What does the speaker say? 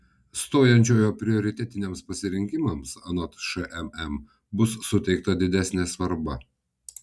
stojančiojo prioritetiniams pasirinkimams anot šmm bus suteikta didesnė svarba